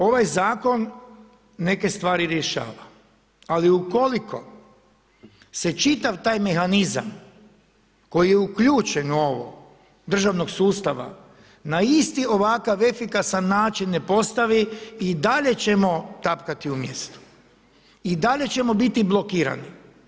Ovaj zakon neke stvari rješava, ali ukoliko se čitav taj mehanizam koji je uključen u ovo državnog sustava na isti ovakav efikasan način ne postavi i dalje ćemo tapkati u mjestu i dalje ćemo biti blokirani.